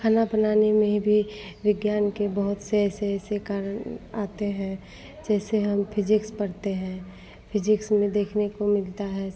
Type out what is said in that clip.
खाना बनाने में भी विज्ञान के बहुत से ऐसे ऐसे कारण आते हैं जैसे हम फिजिक्स पढ़ते हैं फिजिक्स में देखने को मिलता है